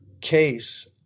case